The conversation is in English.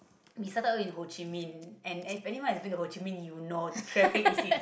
we started out in Ho-Chin-Minh and if anyone have been to Ho-Chin-Minh you know the traffic is insane